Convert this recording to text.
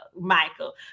Michael